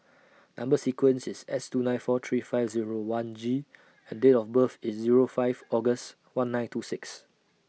Number sequence IS S two nine four three five Zero one G and Date of birth IS Zero five August one nine two six